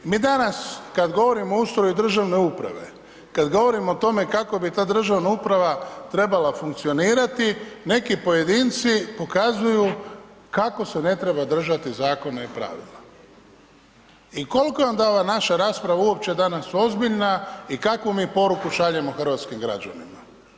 Mi danas kad govorimo o ustroju državne uprave, kad govorimo o tome kako bi ta državna uprava trebala funkcionirati, neki pojedinci pokazuju kako se ne treba držati zakona i pravila i koliko je onda ova naša rasprava uopće danas ozbiljna i kakvu mi poruku šaljemo hrvatskim građanima?